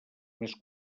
més